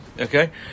Okay